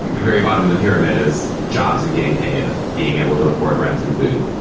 like the very bottom of the pyramid is jobs and getting paid, like being able to afford rent and food.